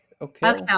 okay